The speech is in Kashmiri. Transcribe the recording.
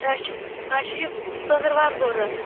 اسہِ چھُ اسہِ چھُ یہِ ژندٕروار ضروٗرت